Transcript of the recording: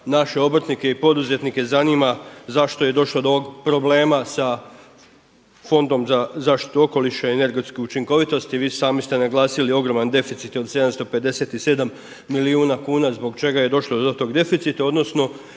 naše obrtnike i poduzetnike zanima zašto je došlo do problema sa Fondom za zaštitu okoliša i energetsku učinkovitost i vi sami ste naglasili ogroman deficit od 757 milijuna kuna zbog čega je došlo do tog deficita odnosno